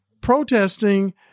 protesting